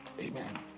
Amen